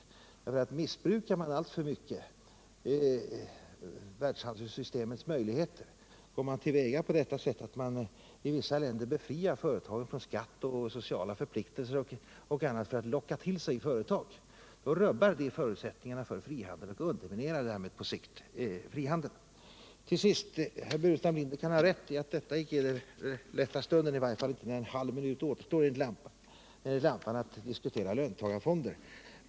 Om vissa länder för att locka till sig företag alltför mycket missbrukar världshandelssystemets möjligheter genom att befria företagen från skatt, sociala förpliktelser och annat, rubbar det förutsättningarna för frihandeln, och därmed undermineras denna på sikt. Till sist kan herr Burenstam Linder ha rätt i att detta inte är det bästa tillfället — lampan lyser nu för min sista halvminut i talarstolan — för att diskutera löntagarfonder.